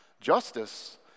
justice